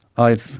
i've